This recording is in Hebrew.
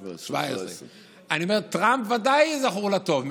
1917. 1917. 1917. טראמפ ודאי זכור לטוב,